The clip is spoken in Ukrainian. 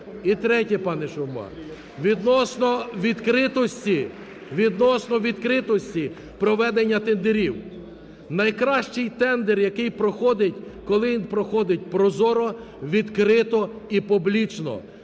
відкритості... відносно відкритості проведення тендерів. Найкращій тендер, який проходить, коли він проходить прозоро, відкрито і публічно.